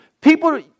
People